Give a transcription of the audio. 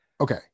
Okay